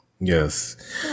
Yes